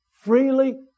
freely